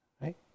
Right